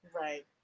Right